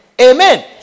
Amen